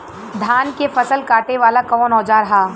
धान के फसल कांटे वाला कवन औजार ह?